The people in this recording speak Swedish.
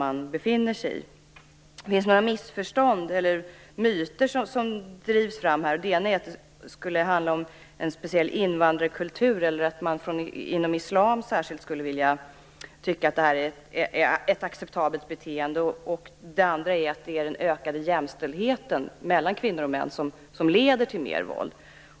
Det finns några missförstånd, eller myter, som kommit fram. Den ena är att detta skulle handla om någon speciell invandrarkultur, och att man särskilt inom islam skulle tycka att det här är ett acceptabelt beteende. Den andra är att det skulle vara den ökade jämställdheten mellan kvinnor och män som leder till mer våld.